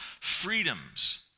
freedoms